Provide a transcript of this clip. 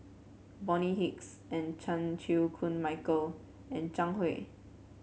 Bonny Hicks and Chan Chew Koon Michael and Zhang Hui